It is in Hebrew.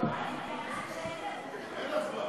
אין הצבעה.